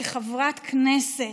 כחברת כנסת,